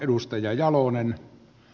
sopiiko tämä